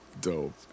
Dope